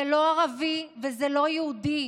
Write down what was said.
זה לא ערבי וזה לא יהודי,